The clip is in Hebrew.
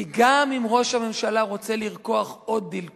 כי גם אם ראש הממשלה רוצה לרקוח עוד דיל פוליטי,